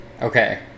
Okay